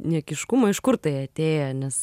niekiškumo iš kur tai atėję nes